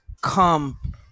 come